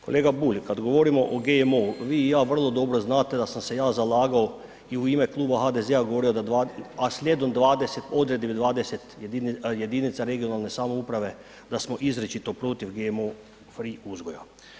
Kolega Bulj, kad govorimo o GMO, vi i ja vrlo dobro znate da sam se ja zalagao i u ime Kluba HDZ-a govorio da, a slijedom dvadeset odredbi, dvadeset jedinica regionalne samouprave da smo izričito protiv GMO free uzgoja.